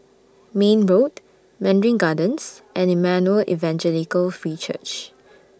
Mayne Road Mandarin Gardens and Emmanuel Evangelical Free Church